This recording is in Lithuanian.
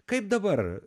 kaip dabar